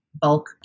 bulk